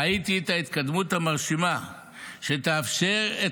ראיתי את ההתקדמות המרשימה שתאפשר את